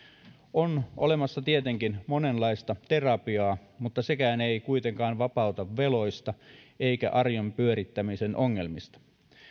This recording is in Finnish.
on olemassa tietenkin monenlaista terapiaa mutta sekään ei kuitenkaan vapauta veloista eikä arjen pyörittämisen ongelmista